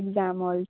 exam ई